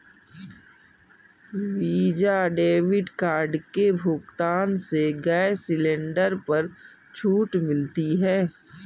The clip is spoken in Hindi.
वीजा डेबिट कार्ड के भुगतान से गैस सिलेंडर पर छूट मिलती है